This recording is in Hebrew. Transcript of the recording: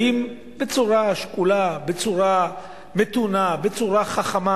באים בצורה שקולה, בצורה מתונה, בצורה חכמה.